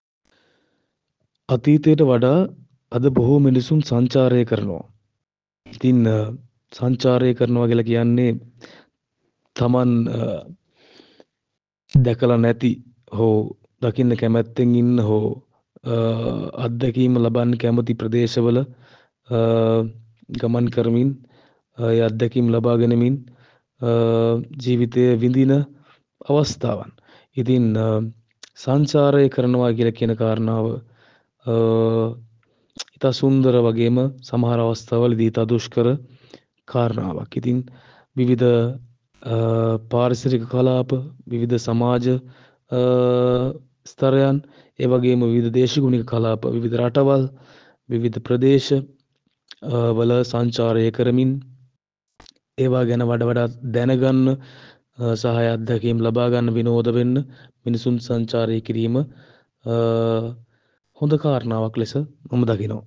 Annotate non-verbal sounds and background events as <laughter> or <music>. අතීතයට වඩා <hesitation> අද බොහෝ මිනිසුන් සංචාරය <hesitation> කරනවා. ඉතින් <hesitation> සංචාරය කරනවා කියල කියන්නේ <hesitation> තමන් <hesitation> දැකල නැති <hesitation> හෝ දකින්න කැමැත්තෙන් ඉන්න හෝ <hesitation> අත්දැකීම ලබන්න කැමති ප්‍රදේශවල <hesitation> ගමන් කරමින් <hesitation> ඒ අත්දැකීම් ලබා ගනිමින් <hesitation> ජීවිතය විඳින අවස්ථාවක්. ඉතින් <hesitation> සංචාරය කරනවා කියන කාරණාව <hesitation> ඉතා සුන්දර වගේම <hesitation> සමහර අවස්ථා වලදී ඉතා දුෂ්කර <hesitation> කාරණාවක්. ඉතින් <hesitation> විවිධ පාරිසරික කලාප <hesitation> විවිධ සමාජ <hesitation> ස්ථරයන් <hesitation> ඒ වගේම විවිධ දේශගුණික කලාප <hesitation> රටවල් <hesitation> විවිධ ප්‍රදේශ <hesitation> වල සංචාරය කරමින් <hesitation> ඒවා ගැන වඩ වඩාත් දැන ගන්න <hesitation> සහ ඒ අත්දැකීම් ලබා ගන්න <hesitation> විනෝද වෙන්න <hesitation> මිනිසුන් සංචාරය කිරීම <hesitation> හොඳ කාරණාවක් ලෙස <hesitation> මම දකිනවා.